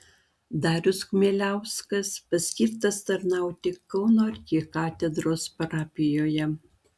darius chmieliauskas paskirtas tarnauti kauno arkikatedros parapijoje